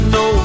no